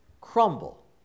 crumble